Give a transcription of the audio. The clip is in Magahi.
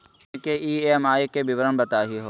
हमनी के ई.एम.आई के विवरण बताही हो?